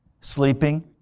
Sleeping